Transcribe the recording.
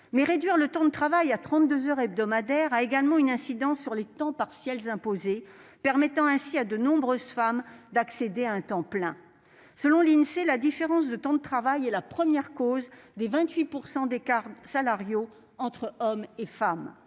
Mais réduire le temps de travail à 32 heures hebdomadaires aurait également une incidence sur les temps partiels imposés, en permettant à de nombreuses femmes d'accéder à un temps plein. Selon l'Insee, la différence de temps de travail est la première cause des 28 % d'écart salarial entre hommes et femmes.